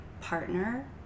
partner